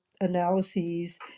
analyses